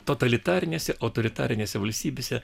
totalitarinėse autoritarinėse valstybėse